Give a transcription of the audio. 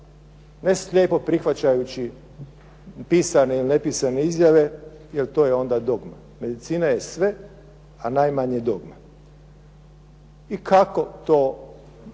ne slijepo prihvaćajući pisane i nepisane izjave jer to je onda dogma, medicina je sve a najmanje dogma. I kako to